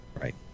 Right